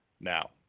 Now